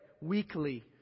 weekly